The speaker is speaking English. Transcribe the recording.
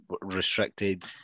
restricted